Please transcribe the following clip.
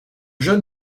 jeune